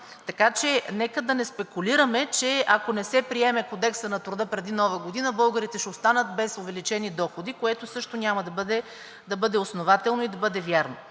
Така че нека да не спекулираме, че ако не се приеме Кодексът на труда преди Новата година, българите ще останат без увеличени доходи, което също няма да бъде основателно и да бъде вярно.